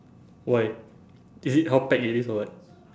why is it how packed it is or what